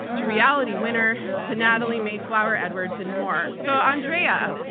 to reality winner, to natalie mayflower edwards, and more. so andrea,